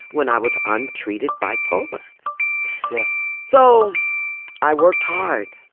when i was untreated bipolar yeah so i worked hard.